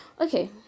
okay